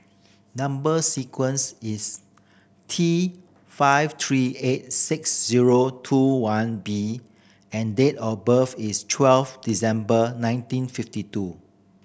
number sequence is T five three eight six zero two one B and date of birth is twelve December nineteen fifty two